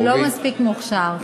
הוא לא מספיק מוכשר.